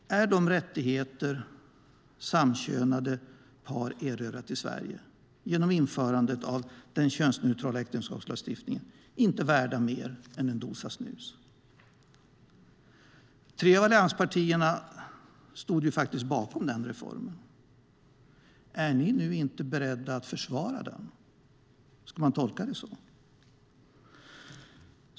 Är de rättigheter som samkönade par erövrat i Sverige genom införandet av den könsneutrala äktenskapslagstiftningen inte värda mer än en dosa snus? Tre av allianspartierna stod bakom reformen. Är ni inte beredda att försvara den? Ska man tolka det så?